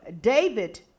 David